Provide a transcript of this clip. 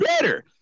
Better